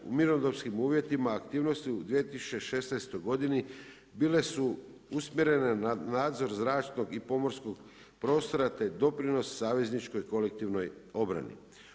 U mirnodopskim uvjetima aktivnosti u 2016. godini bile su usmjerene na nadzor zračnog i pomorskog prostora te doprinos savezničkoj kolektivnoj obrani.